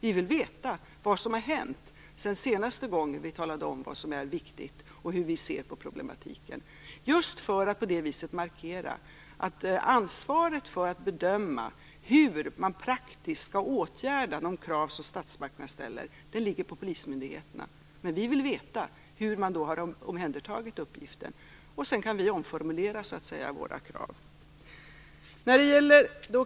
Vi vill veta vad som har hänt sedan vi senaste gången talade om vad som är viktigt och hur vi ser på problematiken för att på det viset markera att ansvaret för att bedöma hur man praktiskt skall åtgärda de krav som statsmakterna ställer ligger på polismyndigheterna. Men vi vill veta hur man har omhändertagit uppgiften. Sedan kan vi omformulera våra krav.